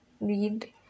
read